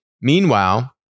meanwhile